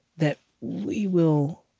that we will